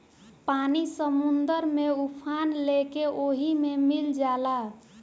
पानी समुंदर में उफान लेके ओहि मे मिल जाला